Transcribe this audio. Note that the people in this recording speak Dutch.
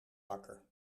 wakker